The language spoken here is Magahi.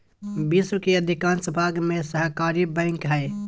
विश्व के अधिकांश भाग में सहकारी बैंक हइ